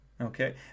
Okay